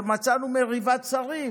ומצאנו מריבת שרים,